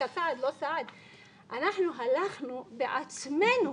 אנחנו הלכנו בעצמנו